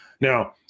Now